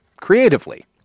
creatively